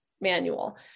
manual